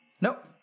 Nope